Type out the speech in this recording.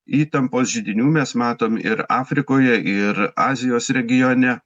įtampos židinių mes matom ir afrikoje ir azijos regione